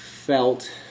felt